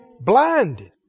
Blinded